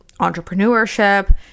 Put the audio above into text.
entrepreneurship